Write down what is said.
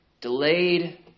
Delayed